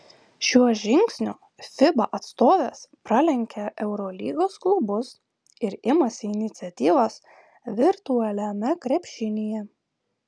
šiuo žingsniu fiba atstovės pralenkia eurolygos klubus ir imasi iniciatyvos virtualiame krepšinyje